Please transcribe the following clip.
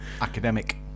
Academic